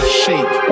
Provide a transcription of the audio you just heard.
shake